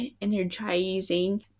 energizing